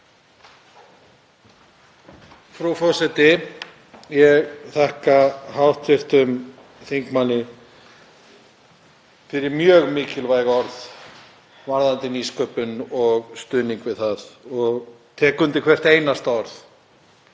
Frú forseti. Ég þakka hv. þingmanni fyrir mjög mikilvæg orð varðandi nýsköpun og stuðning við hana og tek undir hvert einasta orð.